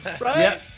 Right